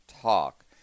talk